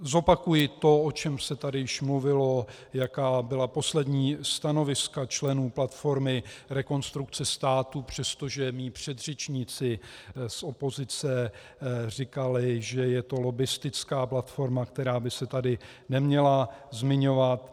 Zopakuji to, o čem se tady již mluvilo, jaká byla poslední stanoviska členů platformy Rekonstrukce státu, přestože mí předřečníci z opozice říkali, že je to lobbistická platforma, která by se tady neměla zmiňovat.